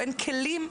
אין כלים.